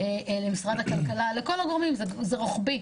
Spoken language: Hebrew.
משרד הכלכלה, לכל הגורמים כי זה רוחבי.